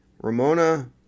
Ramona